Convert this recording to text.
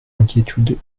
inquiétudes